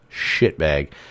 shitbag